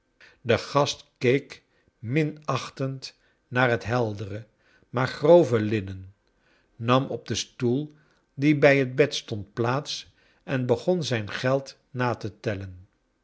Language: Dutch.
de gast keek minachtend naar het heldere maar grove linnen nam op den stoel die bij het bed stond plaats en begon zijn geld na te tellen